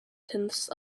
tenths